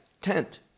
tent